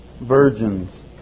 virgins